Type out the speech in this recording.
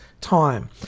time